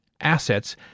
assets